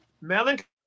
Melancholy